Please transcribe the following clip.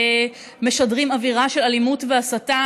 משדרים אווירה של אלימות והסתה,